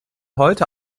heute